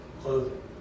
clothing